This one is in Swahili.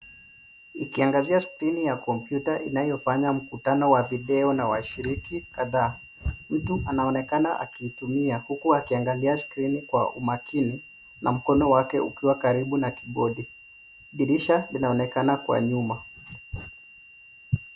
Ikiangazia skrini ya kompyuta inayofanya mkutano wa video na washiriki kadhaa, mtu anaonekana akitumia huku akiangalia skrini kwa umakini na mkono wake ukiwa karibu na kibodi. Dirisha linaonekana kwa nyuma.